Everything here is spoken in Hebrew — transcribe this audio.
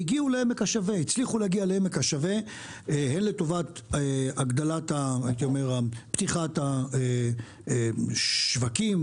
והצליחו להגיע לעמק השווה בהקשר של פתיחת השווקים